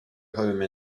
home